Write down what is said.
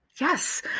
Yes